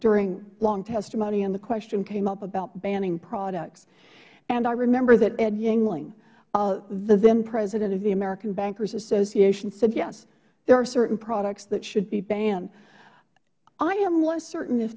during long testimony and the question came up about banning products and i remember that ed yingling the thenpresident of the american bankers association said yes there are certain products that should be banned i am less certain if